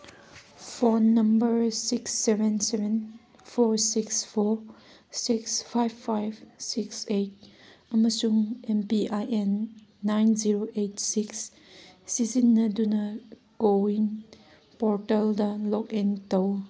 phone number six seven seven four six four six five five six eight ꯑꯃꯁꯨꯡ M P I N nine zero eight six ꯁꯤꯖꯤꯟꯅꯗꯨꯅ CoWIN ꯄꯣꯔꯇꯦꯜꯗ ꯂꯣꯛ ꯏꯟ ꯇꯧ